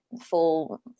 full